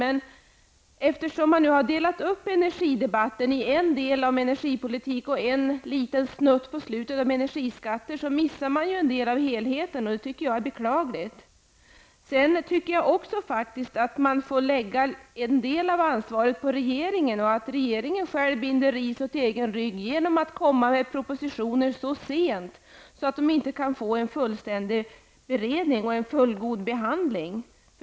Men eftersom energidebatten har delats upp i en del om energipolitik och en liten snutt på slutet om energiskatter, missas en del av helheten. Det tycker jag är beklagligt. En del av ansvaret får faktiskt läggas på regeringen. Regeringen binder själv ris åt egen rygg genom att komma med propositioner så sent så att de inte kan få en fullständig beredning och en fullgod behandling.